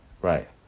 Right